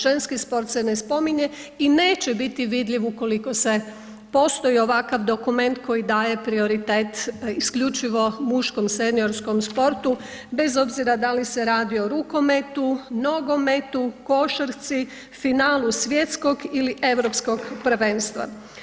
Ženski sport se ne spominje i neće biti vidljiv ukoliko postoji ovakav dokument koji daje prioritet isključivo muškom seniorskom sportu bez obzira da li se radi o rukometu, nogometu, košarci, finalu svjetskog ili europskog prvenstva.